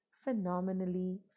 phenomenally